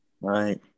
Right